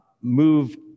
move